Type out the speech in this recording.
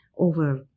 over